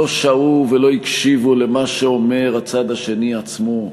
לא שעו ולא הקשיבו למה שאומר הצד השני עצמו,